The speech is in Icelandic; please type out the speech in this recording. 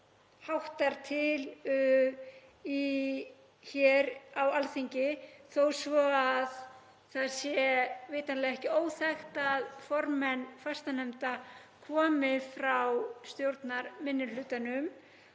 háttar til hér á Alþingi, þó svo að það sé vitanlega ekki óþekkt að formenn fastanefnda komi frá stjórnarminnihlutanum.